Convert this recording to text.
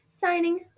signing